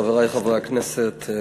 חברי חברי הכנסת,